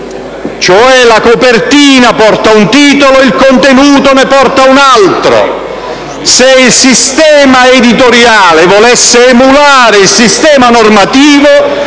la copertina porta un titolo mentre il contenuto è un altro. Se il sistema editoriale volesse emulare il sistema normativo,